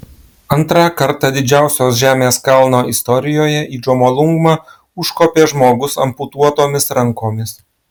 antrą kartą didžiausios žemės kalno istorijoje į džomolungmą užkopė žmogus amputuotomis rankomis